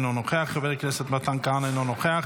אינו נוכח,